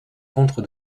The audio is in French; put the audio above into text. compte